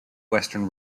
western